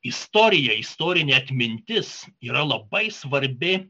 istorija istorinė atmintis yra labai svarbi